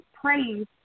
praise